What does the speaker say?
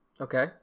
Okay